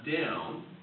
down